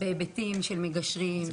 בהיבטים של מגשרים,